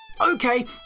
okay